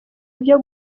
ibyo